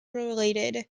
related